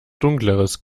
dunkleres